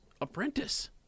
apprentice